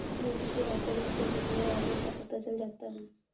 vote के आंकड़ों से जीतने वाले का पता चल जाता है